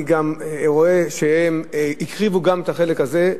אני גם רואה שהם הקריבו את החלק הזה.